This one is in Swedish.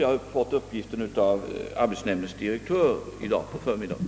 Jag har fått uppgiften från arbetsnämndens direktör i dag på förmiddagen.